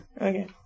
okay